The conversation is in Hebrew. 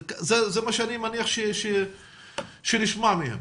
זה, אני מניח, מה שנשמע מהם.